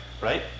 right